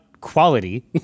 quality